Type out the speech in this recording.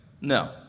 no